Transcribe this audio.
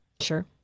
Sure